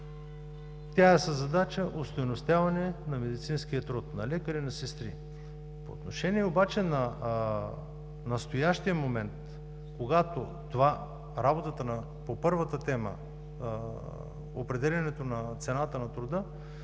Тя е със задача – остойностяване на медицинския труд на лекари и на сестри. По отношение обаче на настоящия момент, когато работата по първата тема – определянето цената на труда,